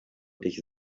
dich